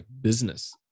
business